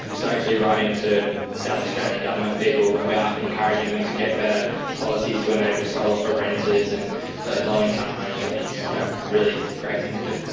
so actually writing to south australian government people about encouraging them to get better policies to enable solar for renters and low income homes i think is so a really great thing to to